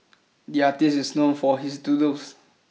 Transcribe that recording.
the artist is known for his doodles